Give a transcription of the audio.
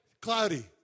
cloudy